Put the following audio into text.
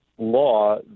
Law